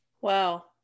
Wow